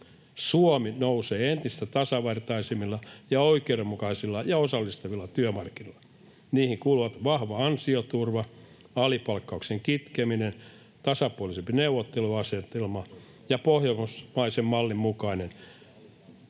Suomi nousee entistä tasavertaisimmilla ja oikeudenmukaisilla ja osallistavilla työmarkkinoilla. Niihin kuuluvat vahva ansioturva, alipalkkauksen kitkeminen, tasapuolisempi neuvotteluasetelma ja pohjoismaisen mallin mukainen